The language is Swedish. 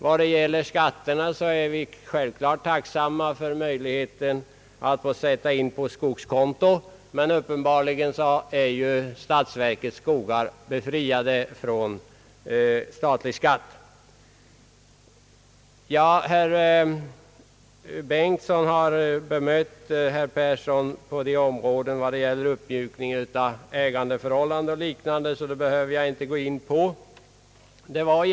När det gäller skatterna är vi självfallet tacksamma för möjligheten att få sätta in på skogskonto, men uppenbarligen är statsverkets skogar befriade från statlig skatt. Herr Bengtson har bemött herr Persson när det gäller uppmjukningen av ägandeförhållande och liknande, så det behöver jag inte gå in på.